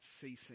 ceasing